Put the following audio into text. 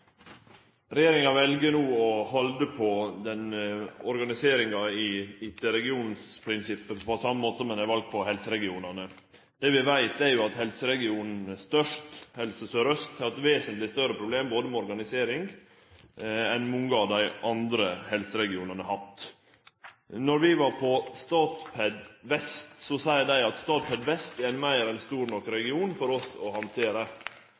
Regjeringa vel no å halde på organiseringa etter regionsprinsippet, på same måte som ein har valt for helseregionane. Det vi veit, er at Helseregion Størst – Helse Sør-Øst – har hatt vesentleg større problem med organiseringa enn mange av dei andre helseregionane har hatt. Då vi var på Statped Vest, sa dei til komiteen at Statped Vest er meir enn stor nok for oss å handtere.